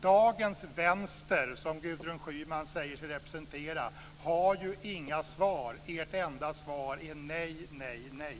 dagens Vänster, som Gudrun Schyman säger sig representera, har ju inga svar. Ert enda svar är nej, nej, nej.